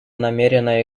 намерена